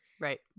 Right